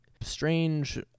strange